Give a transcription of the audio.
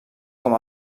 com